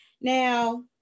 Now